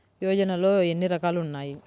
యోజనలో ఏన్ని రకాలు ఉన్నాయి?